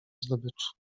zdobyczy